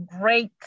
Great